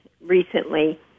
recently